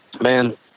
Man